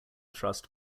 thrust